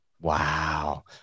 Wow